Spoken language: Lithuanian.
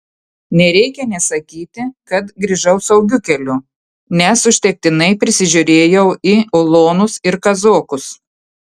nereikia nė sakyti kad grįžau saugiu keliu nes užtektinai prisižiūrėjau į ulonus ir kazokus